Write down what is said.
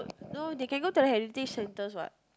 no they can go to the heritage center what